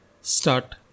start